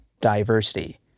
diversity